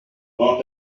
vingt